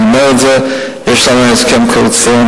אני אומר את זה, יש לנו הסכם קואליציוני.